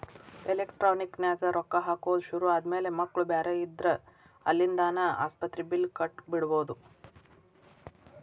electronic ನ್ಯಾಗ ರೊಕ್ಕಾ ಹಾಕೊದ್ ಶುರು ಆದ್ಮ್ಯಾಲೆ ಮಕ್ಳು ಬ್ಯಾರೆ ಇದ್ರ ಅಲ್ಲಿಂದಾನ ಆಸ್ಪತ್ರಿ ಬಿಲ್ಲ್ ಕಟ ಬಿಡ್ಬೊದ್